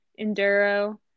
enduro